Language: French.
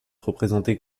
représentée